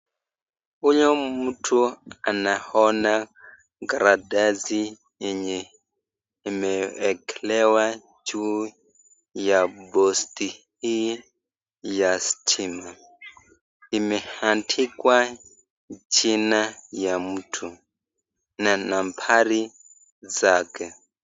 Huyu mtu anaona karatasi yenye imewekelewa juu ya posti hii ya stima, imeandikwa jina ya mtu na nambari zake.